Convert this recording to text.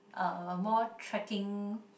uh more tracking